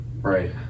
right